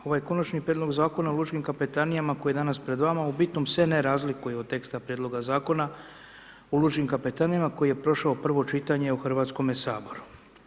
Ovaj Konačni prijedlog Zakona o lučkim kapetanijama koji je danas pred vama u bitnom se ne razlikuje od teksta Prijedloga Zakona o lučkim kapetanijama koji je prošao prvo čitanje u Hrvatskome saboru.